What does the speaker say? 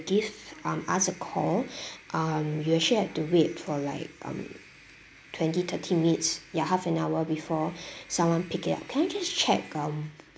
give um us a call um you actually had to wait for like um twenty thirty minutes ya half an hour before someone pick it up can I just check um